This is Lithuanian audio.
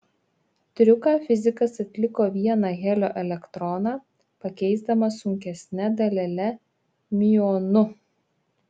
triuką fizikas atliko vieną helio elektroną pakeisdamas sunkesne dalele miuonu